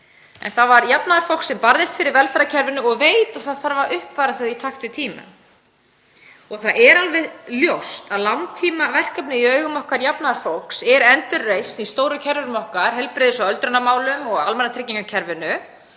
Það var jafnaðarfólk sem barðist fyrir velferðarkerfinu og veit að uppfæra þarf það í takt við tímann. Það er alveg ljóst að langtímaverkefni í augum okkar jafnaðarfólks er endurreisn í stóru kerfunum okkar, heilbrigðis- og öldrunarmálum og almannatryggingakerfinu